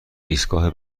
ایستگاه